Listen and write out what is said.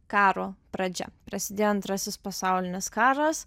karo pradžia prasidėjo antrasis pasaulinis karas